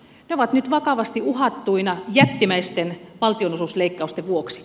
ne ovat nyt vakavasti uhattuina jättimäisten valtionosuusleikkausten vuoksi